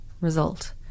result